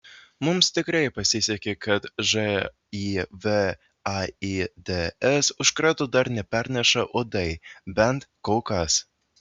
mums tikrai pasisekė kad živ aids užkrato dar neperneša uodai bent kol kas